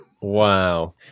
Wow